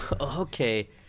Okay